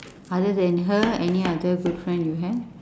other than her any other good friend you have